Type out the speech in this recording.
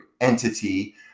entity